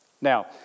Now